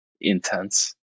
intense